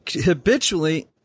habitually